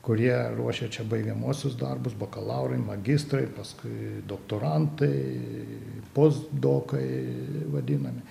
kurie ruošia čia baigiamuosius darbus bakalaurai magistrai paskui doktorantai postdokai vadinami